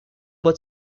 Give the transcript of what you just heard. but